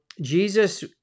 Jesus